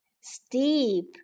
Steep